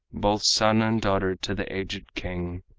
both son and daughter to the aged king,